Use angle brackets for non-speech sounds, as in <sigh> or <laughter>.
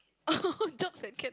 oh <laughs> drugs and cancer